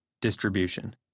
Distribution